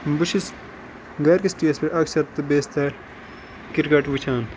بہٕ چھُس گَرِکِس ٹی وی یَس پٮ۪ٹھ اکثر تہٕ بیشتَر کِرکَٹ وٕچھان